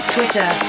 Twitter